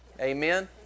Amen